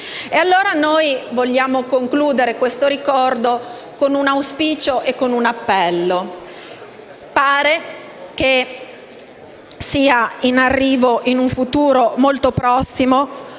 vari Paesi. Vogliamo concludere questo ricordo con un auspicio e un appello. Pare che sia in arrivo, in un futuro molto prossimo,